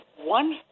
one